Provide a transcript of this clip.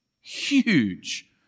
huge